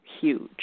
huge